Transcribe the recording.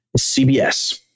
CBS